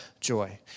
joy